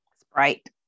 Sprite